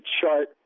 chart